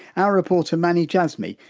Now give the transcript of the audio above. our reporter, mani djazmi,